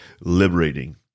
liberating